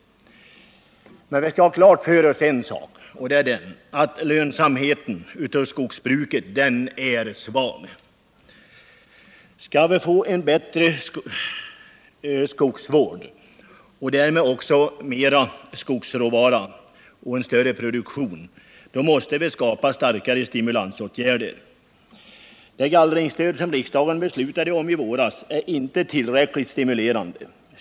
Men vi skall ha klart för oss en sak, och det är att skogsbrukets lönsamhet är svag. Skall vi få en bättre skogsvård, och därmed också mera skogsråvara och en större produktion, måste vi skapa starkare stimulansåtgärder. Det gallringsstöd som riksdagen beslutade om i våras är inte tillräckligt stimulerande.